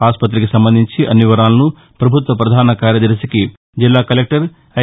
ఆస్పతికి సంబంధించి అన్ని వివరాలను ప్రభుత్వ ప్రధాన కార్యదర్శికి జిల్లా కలెక్టర్ ఐ